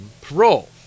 parole